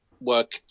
work